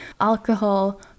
alcohol